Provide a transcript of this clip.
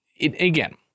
again